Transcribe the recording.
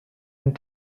and